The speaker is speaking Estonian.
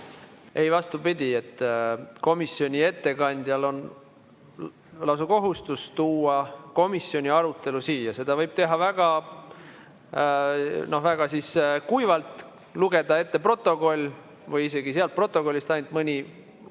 Ei, vastupidi, komisjoni ettekandjal on lausa kohustus tuua komisjoni arutelu siia. Seda võib teha väga kuivalt, lugeda ette protokoll või isegi sealt protokollist ainult mõni